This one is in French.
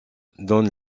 donne